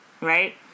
right